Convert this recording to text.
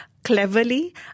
cleverly